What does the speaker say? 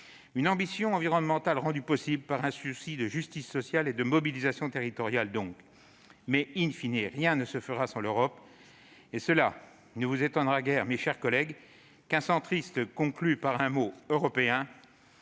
L'ambition environnementale est donc concrétisée par un souci de justice sociale et de mobilisation territoriale. Mais,, rien ne se fera sans l'Europe. Et il ne vous étonnera guère, mes chers collègues, qu'un centriste conclue par un mot européen.